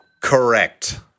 Correct